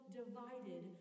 divided